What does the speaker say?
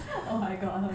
oh my god oh ya